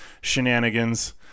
shenanigans